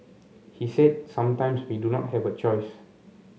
he said sometimes we do not have a choice